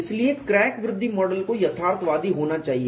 इसलिए क्रैक वृद्धि मॉडल को यथार्थवादी होना चाहिए